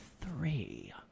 three